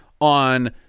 on